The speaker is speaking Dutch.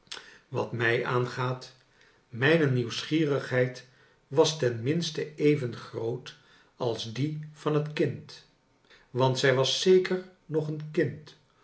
wat mij aangaat mijne nieuwsgierigheid was ten minste even groot als die van het kind want zij was zeker nog een kind